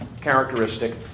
characteristic